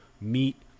meet